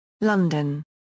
London